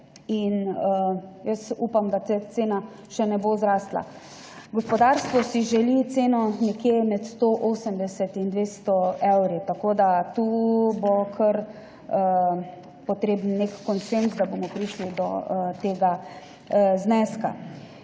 Jaz upam, da cena še ne bo zrasla. Gospodarstvo si želi ceno nekje med 180 in 200 evri. Tako da tu bo kar potreben nek konsenz, da bomo prišli do tega zneska.